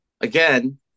Again